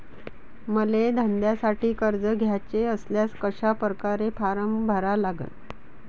मले धंद्यासाठी कर्ज घ्याचे असल्यास कशा परकारे फारम भरा लागन?